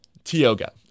Tioga